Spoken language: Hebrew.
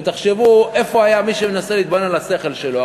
ותחשבו איפה היה מי שמנסה להתבונן על השכל שלו.